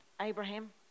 Abraham